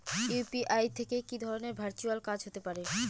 UPI থেকে কি ধরণের ভার্চুয়াল কাজ হতে পারে?